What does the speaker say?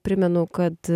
primenu kad